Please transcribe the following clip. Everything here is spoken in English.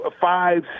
five